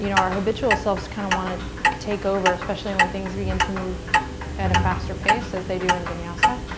you know our habitual selves kind of want to take over, especially when things begin to move at a faster pace, as they do in vinyasa.